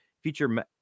feature